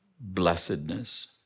blessedness